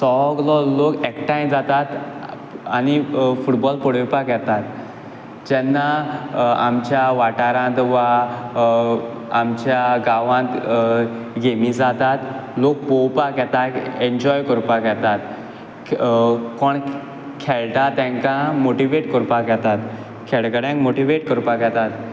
सोगळो लोक एकठांय जातात आनी फुटबॉल पोळोवपाक येतात जेन्ना आमच्या वाठारांत वा आमच्या गांवांत गॅमी जातात लोक पोवपाक येता एन्जॉय कोरपाक येतात कोण खेळटा तेंकां मोटीवेट कोरपाक येतात खेळगड्यांक मोटीवेट करपाक येतात